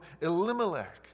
Elimelech